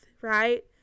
right